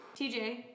TJ